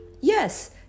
Yes